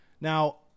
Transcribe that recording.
Now